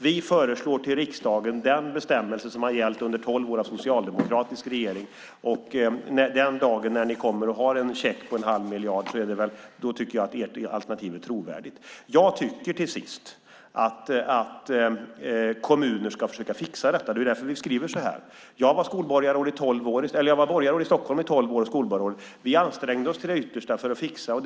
Vi föreslår till riksdagen den bestämmelse som har gällt under tolv år av socialdemokratiskt regeringsinnehav, och den dag ni kommer med en check på en halv miljard tycker jag att ert alternativ är trovärdigt. Jag tycker, till sist, att kommuner ska försöka fixa detta. Det är därför vi skriver så här. Jag var borgarråd i Stockholm i tolv år, bland annat skolborgarråd. Vi ansträngde oss till det yttersta för att fixa detta.